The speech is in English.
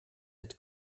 had